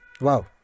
wow